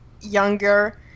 younger